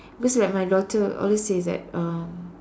cause like my daughter always says that um